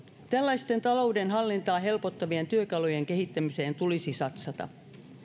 tällaisten taloudenhallintaa helpottavien työkalujen kehittämiseen tulisi satsata